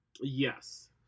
Yes